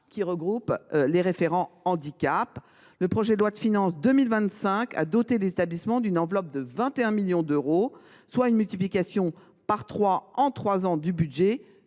qui regroupe les référents handicap. Le projet de loi de finances 2025 dote les établissements avec une enveloppe de 21 millions d’euros, soit une multiplication par trois en trois ans des